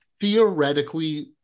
Theoretically